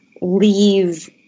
leave